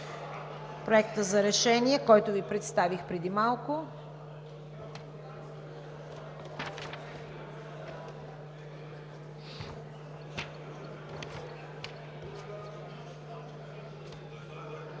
Проекта за решение, който Ви представих преди малко.